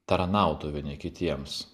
tarnautų vieni kitiems